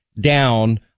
down